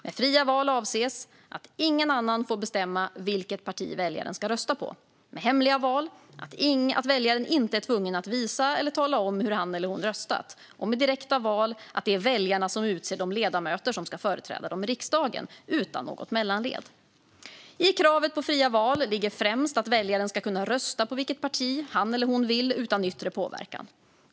Med fria val avses att ingen annan får bestämma vilket parti väljaren ska rösta på, med hemliga val att väljaren inte är tvungen att visa eller tala om hur han eller hon röstat och med direkta val att det är väljarna som utser de ledamöter som ska företräda dem i riksdagen, utan något mellanled. I kravet på fria val ligger främst att väljaren ska kunna rösta på vilket parti han eller hon vill utan yttre påverkan.